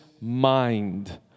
mind